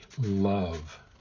love